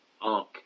arc